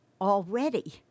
already